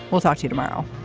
we'll talk to you tomorrow